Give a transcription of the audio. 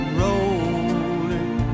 rolling